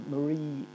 Marie